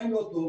האם לא טוב?